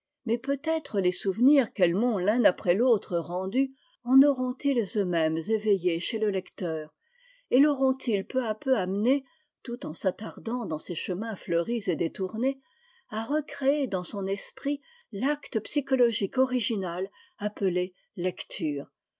mais peut-être les souvenirs qu'elles m'ont l'un après l'autre rendus en aurontils eux-mêmes éveillés chez le lecteur et l'aurontils peu à peu amené tout en s'attardant dans ces chemins fleuris et détournés à recréer dans son esprit l'acte psychologique original appelé